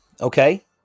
Okay